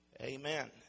Amen